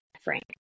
Frank